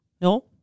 No